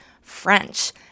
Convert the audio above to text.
French